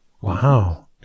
Wow